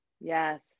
yes